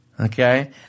Okay